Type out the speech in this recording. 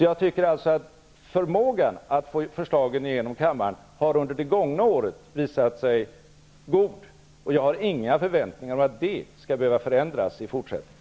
Jag tycker alltså att förmågan att få förslagen igenom i riksdagen under det gångna året har visat sig god. Jag har inga förväntningar om att den skulle behöva förändras i fortsättningen.